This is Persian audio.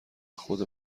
خود